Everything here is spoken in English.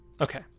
Okay